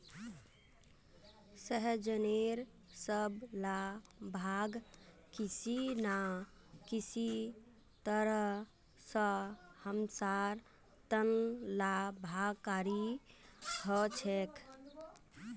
सहजनेर सब ला भाग किसी न किसी तरह स हमसार त न लाभकारी ह छेक